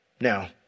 Now